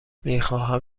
میخواهم